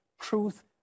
truth